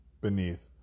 beneath